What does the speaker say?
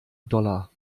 dollar